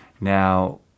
Now